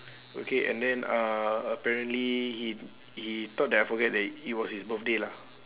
okay and then uh apparently he he thought that I forget that it was his birthday lah